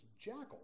jackal